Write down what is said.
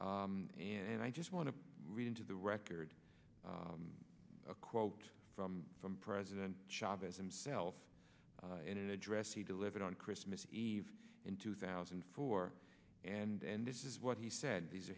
and i just want to read into the record a quote from from president chavez himself in an address he delivered on christmas eve in two thousand and four and this is what he said these